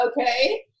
okay